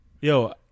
yo